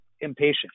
impatient